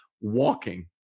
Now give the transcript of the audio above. walking